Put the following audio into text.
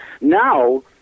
Now